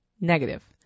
Negative